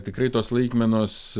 tikrai tos laikmenos